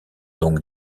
donc